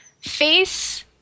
face